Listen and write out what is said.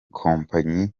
kompanyi